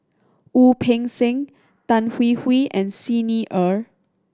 Wu Peng Seng Tan Hwee Hwee and Xi Ni Er